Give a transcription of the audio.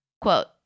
quote